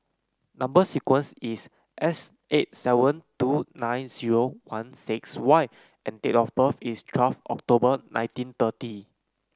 number sequence is S eight seven two nine zero one six Y and date of birth is twelve October nineteen thirty